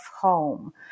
home